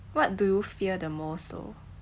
what do you fear the most though